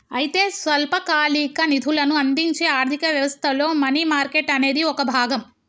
అయితే స్వల్పకాలిక నిధులను అందించే ఆర్థిక వ్యవస్థలో మనీ మార్కెట్ అనేది ఒక భాగం